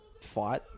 fight